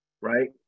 right